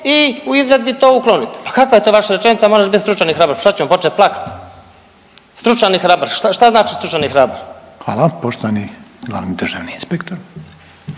i u izvedbi to uklonit. Pa kakva je to vaša rečenica moraš bit stručan i hrabar, pa šta ćemo, počet plakat? Stručan i hrabar, šta znači stručan i hrabar? **Reiner, Željko (HDZ)** Hvala. Poštovani glavni državni inspektor.